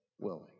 willing